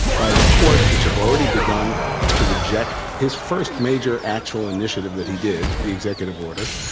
by the courts which have already begun to reject his first major actual initiative that he did, the executive order,